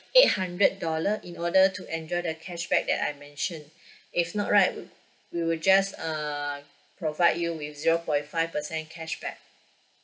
eight hundred dollar in order to enjoy the cashback that I mentioned if not right wou~ we will just uh provide you with zero point five percent cashback